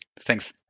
Thanks